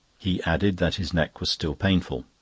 he added that his neck was still painful.